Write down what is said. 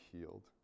healed